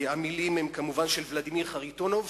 המלים הן כמובן של ולדימיר חריטונוב,